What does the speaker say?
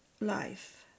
life